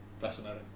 Fascinating